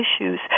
issues